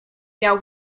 miał